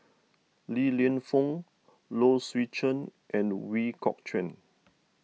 Li Lienfung Low Swee Chen and Ooi Kok Chuen